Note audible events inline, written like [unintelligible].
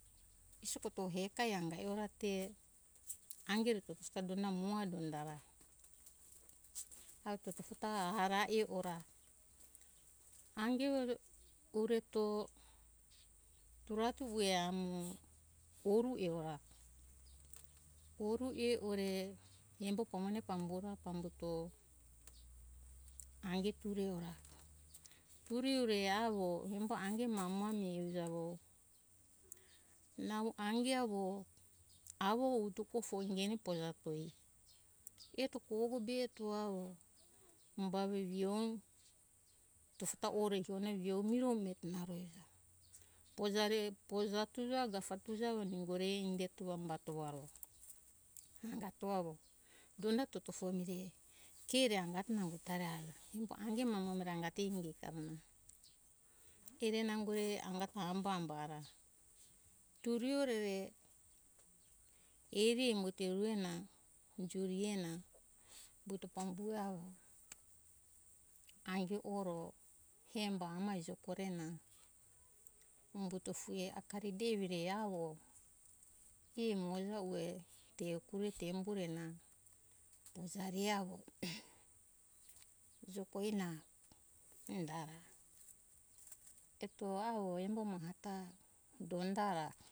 Isoko to hekai angai e ora te angere to pisa donda mo maha donda ra eha tofo ta aha ra e ora ange ore to tora to ue amo koru e ora koru e ore embo pamone pambuto ange pure e ora pure e ore avo hemba ange mo avo mane e uja ro nau ange avo. avo vuto tufoi nene fuja [unintelligible] eto kogo be eto avo umbae veihou tofo ta ore ingono hio miro vito naure pojari pojau tuja avo ningore indetoa umbato aro angato avo donda tofo to mire ke re angatoa nango ta ra umo ange ra te inge kere nangoe angato umbara turi ero re heri umbuto ere na joru ena puto pambue avo ainge oro hembae amai jogorena umbuto fue akari devi re avo ke mo aja ue te kure te embo re na pojari e avo [noise] jogue na [unintelligible] eto avo embo maha ta donda ra